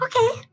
Okay